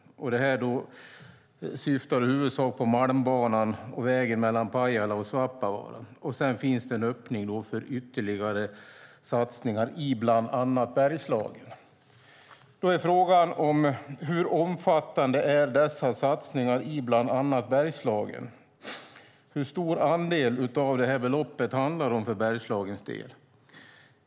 Detta syftar i huvudsak på Malmbanan och vägen mellan Pajala och Svappavaara. Sedan finns det en öppning för ytterligare satsningar i bland annat Bergslagen. Då är frågan: Hur omfattande är dessa satsningar i bland annat Bergslagen? Hur stor andel av detta belopp handlar det om för Bergslagens del?